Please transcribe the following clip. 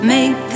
Make